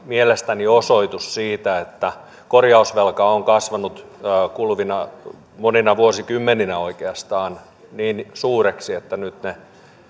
mielestäni osoitus siitä että korjausvelka on kasvanut kuluvina monina vuosikymmeninä oikeastaan niin suureksi että nyt ne